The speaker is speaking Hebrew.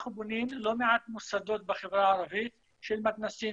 אנחנו בונים לא מעט מוסדות בחברה הערבית של מתנ"סים,